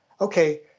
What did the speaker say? Okay